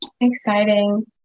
Exciting